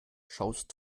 schaust